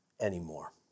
anymore